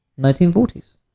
1940s